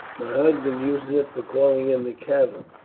my husband uses it for calling in the cattle.